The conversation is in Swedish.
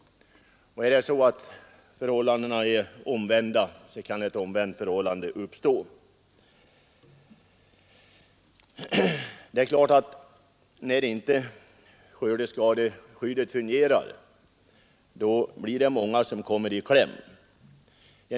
Det kan också vara fråga om omvända förhållanden. När skördeskadeskyddet inte fungerar blir det många som kommer i kläm.